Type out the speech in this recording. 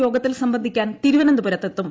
യോഗത്തിൽ സംബന്ധിക്കിൽ തിരുവനന്തപുരത്തെത്തും